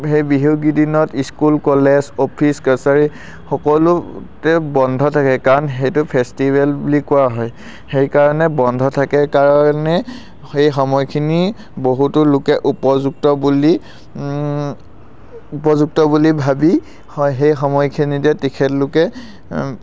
সেই বিহুকেইদিনত দিনত স্কুল কলেজ অফিচ কছাৰী সকলোতে বন্ধ থাকে কাৰণ সেইটো ফেষ্টিভেল বুলি কোৱা হয় সেইকাৰণে বন্ধ থাকে কাৰণে সেই সময়খিনি বহুতো লোকে উপযুক্ত বুলি উপযুক্ত বুলি ভাবি হয় সেই সময়খিনিতে তেখেতলোকে